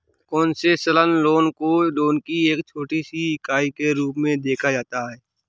concessional loan को loan की एक छोटी सी इकाई के रूप में देखा जाता है